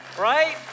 right